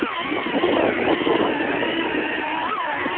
ᱨᱚᱲ ᱵᱟᱲᱟ ᱠᱟᱛᱮ